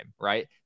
right